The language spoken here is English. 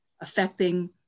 affecting